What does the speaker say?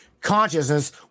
consciousness